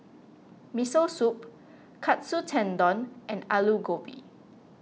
Miso Soup Katsu Tendon and Alu Gobi